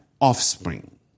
offspring